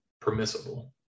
permissible